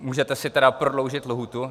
Můžete si tedy prodloužit lhůtu.